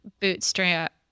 bootstrap